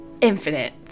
infinite